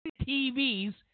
TVs